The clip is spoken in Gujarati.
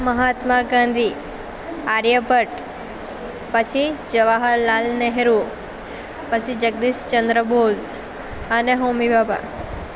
મહાત્મા ગાંધી આર્ય ભટ્ટ પછી જવાહરલાલ નેહરુ પછી જગદીશચંદ્ર બોઝ અને હોમી ભાભા